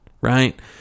right